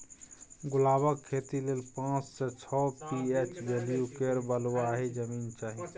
गुलाबक खेती लेल पाँच सँ छओ पी.एच बैल्यु केर बलुआही जमीन चाही